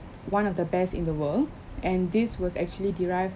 one of the best in the world and this was actually derived